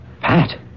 Pat